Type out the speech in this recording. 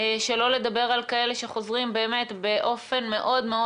שלא לדבר על כאלה שחוזרים באופן חלקי מאוד מאוד,